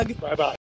Bye-bye